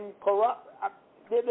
corrupt